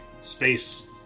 space